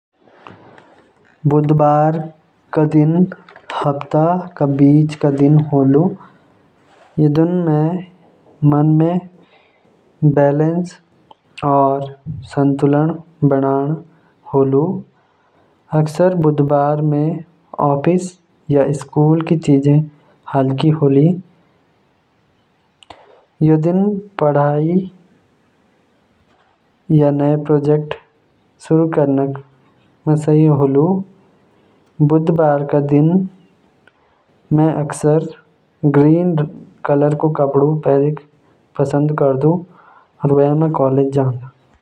बुधवार क दिन हफ्ता क बीच क दिन होलु। यो दिन म मन म बैलेंस और संतुलन बनाणु होलु। अक्सर बुधवार म ऑफिस या स्कूल म चीज़न हल्की होली। यो दिन पढ़ाई या नए प्रोजेक्ट शुरू करणा म सही होलु। बुध क दिन म अक्सर ग्रीन रंग क कपड़ा भी पसंद करदु।